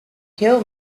kill